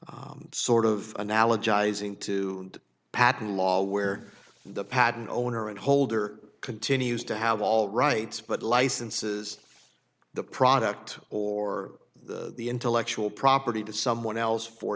sort of analogizing to patent law where the patent owner and holder continues to have all rights but licenses the product or the intellectual property to someone else for